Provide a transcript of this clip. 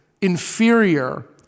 inferior